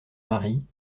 mari